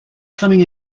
coming